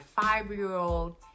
five-year-old